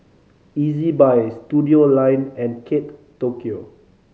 Ezbuy Studioline and Kate Tokyo